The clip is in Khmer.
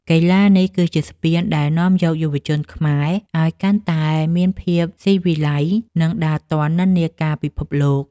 កីឡានេះគឺជាស្ពានដែលនាំយកយុវជនខ្មែរឱ្យកាន់តែមានភាពស៊ីវិល័យ និងដើរទាន់និន្នាការពិភពលោក។